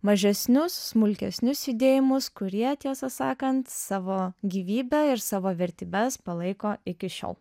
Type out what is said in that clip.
mažesnius smulkesnius judėjimus kurie tiesą sakant savo gyvybę ir savo vertybes palaiko iki šiol